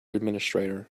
administrator